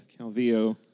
Calvillo